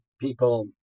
people